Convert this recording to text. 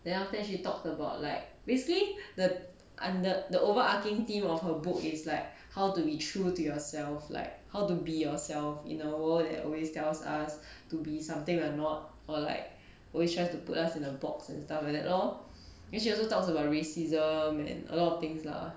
then after that she talked about like basically the under the the overarching theme of her book is like how to be true to yourself like how to be yourself in a world that always tells us to be something or not or like always tries to put us in a box and stuff like that lor then she also talks about racism and a lot of things lah